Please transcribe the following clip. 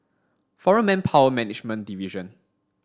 Foreign Manpower Management Division